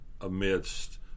amidst